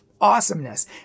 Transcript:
awesomeness